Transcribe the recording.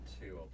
two